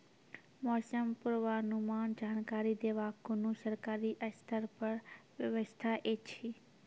मौसम पूर्वानुमान जानकरी देवाक कुनू सरकारी स्तर पर व्यवस्था ऐछि?